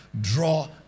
draw